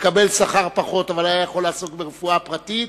מקבל שכר פחות אבל היה יכול לעסוק ברפואה פרטית,